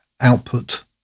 output